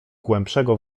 głębszego